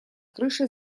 крышей